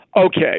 Okay